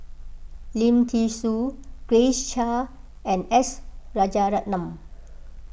Lim thean Soo Grace Chia and S Rajaratnam